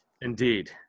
Indeed